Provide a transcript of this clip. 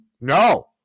no